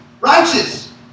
righteous